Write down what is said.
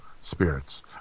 spirits